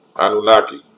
Anunnaki